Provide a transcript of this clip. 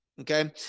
okay